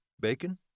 Bacon